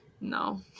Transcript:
No